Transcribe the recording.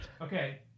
Okay